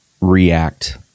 react